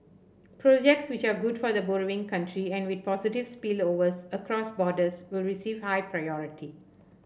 projects which are good for the borrowing country and with positive spillovers across borders will receive high priority